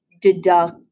deduct